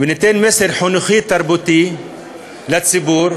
וניתן מסר חינוכי-תרבותי לציבור